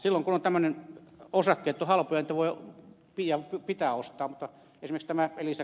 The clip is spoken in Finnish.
silloin kun osakkeet ovat halpoja niitä pitää ostaa